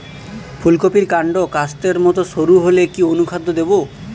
ফুলকপির কান্ড কাস্তের মত সরু হলে কি অনুখাদ্য দেবো?